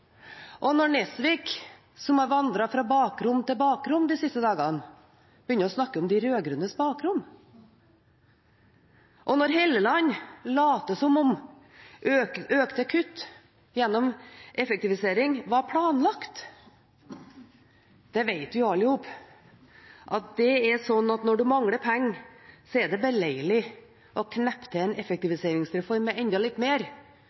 budsjettforlik, når Nesvik, som har vandret fra bakrom til bakrom de siste dagene, begynner å snakke om de rød-grønnes bakrom, og når Helleland later som om økte kutt gjennom effektivisering var planlagt. Vi vet alle i hop at når det er slik at når en mangler penger, er det beleilig å kneppe til en effektiviseringsreform med enda litt mer,